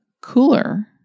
cooler